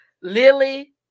Lily